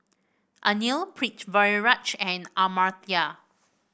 Anil Pritiviraj and Amartya